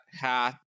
Hat